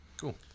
Cool